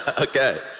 okay